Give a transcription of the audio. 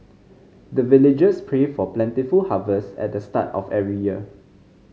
the villagers pray for plentiful harvest at the start of every year